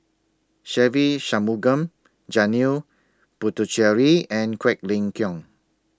Se Ve Shanmugam Janil Puthucheary and Quek Ling Kiong